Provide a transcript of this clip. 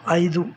ಐದು